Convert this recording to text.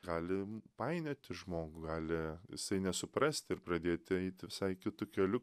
gali painioti žmogų gali jisai nesuprasti ir pradėti eiti visai kitu keliu